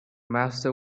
master